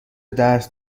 درس